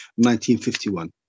1951